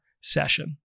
session